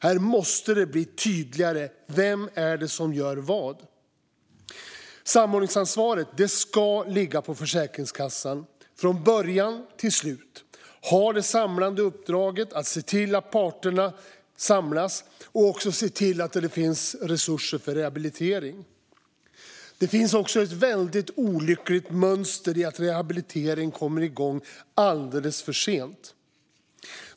Här måste det bli tydligare vem som gör vad. Samordningsansvaret ska ligga på Försäkringskassan från början till slut. Försäkringskassan ska ha uppdraget att se till att parterna samlas och se till att det finns resurser för rehabilitering. Det finns ett väldigt olyckligt mönster i att rehabiliteringen kommer igång alldeles för sent.